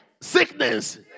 sickness